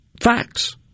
facts